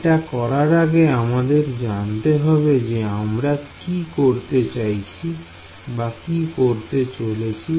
এটা করার আগে আমাদের জানতে হবে যে আমরা কি করতে চলেছি